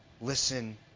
Listen